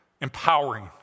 Empowering